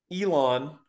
Elon